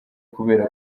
kubera